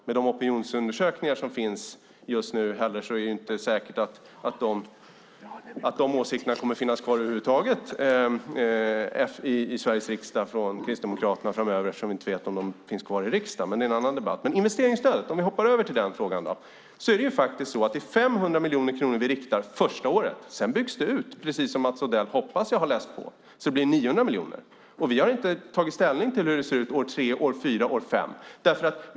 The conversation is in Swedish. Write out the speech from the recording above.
Med de opinionsundersökningar som finns just nu är det inte heller säkert att de åsikterna kommer att finnas kvar över huvud taget i Sveriges riksdag framöver, eftersom vi inte vet om Kristdemokraterna finns kvar i riksdagen. Men det är en annan debatt. Om vi hoppar över till frågan om investeringsstödet är det faktiskt så att det är 500 miljoner kronor som vi riktar första året. Sedan byggs det ut, precis som jag hoppas att Mats Odell har läst på, till att bli 900 miljoner. Vi har inte tagit ställning till hur det ser ut år tre, år fyra och år fem.